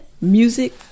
music